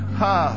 ha